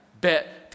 bet